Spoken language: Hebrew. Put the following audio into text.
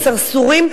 הסרסורים,